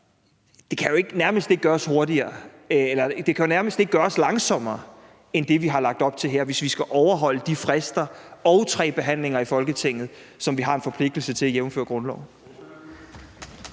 at det jo nærmest ikke kan gøres langsommere end det, vi har lagt op til her, hvis vi skal overholde de frister og tre behandlinger i Folketinget, som vi har en forpligtelse til, jævnfør grundloven.